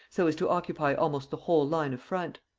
so as to occupy almost the whole line of front.